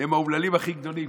הם האומללים הכי גדולים,